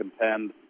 contend